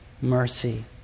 mercy